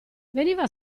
veniva